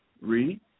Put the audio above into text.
Read